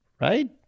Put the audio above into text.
Right